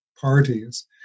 parties